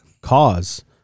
cause